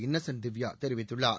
Innocent Divya தெரிவித்துள்ளார்